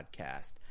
podcast